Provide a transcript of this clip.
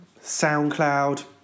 SoundCloud